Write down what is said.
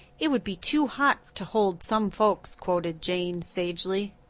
it would be too hot to hold some folks, quoted jane sagely.